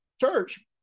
church